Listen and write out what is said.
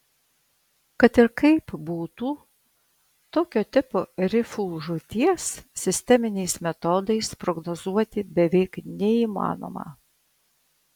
kad ir kaip būtų tokio tipo rifų žūties sisteminiais metodais prognozuoti beveik neįmanoma